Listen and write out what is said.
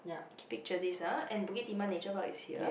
keep picture this ah and Bukit Timah nature park is here